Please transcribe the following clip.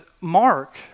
Mark